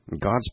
God's